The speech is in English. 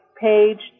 page